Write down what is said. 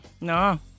No